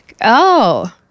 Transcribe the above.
Oh-